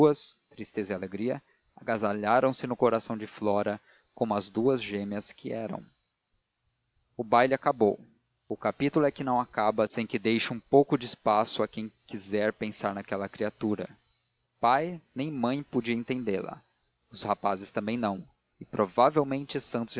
duas tristeza e alegria agasalharam se no coração de flora como as suas gêmeas que eram o baile acabou o capítulo é que não acaba sem que deixe um pouco de espaço a quem quiser pensar naquela criatura pai nem mãe podiam entendê la os rapazes também não e provavelmente santos